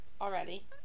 already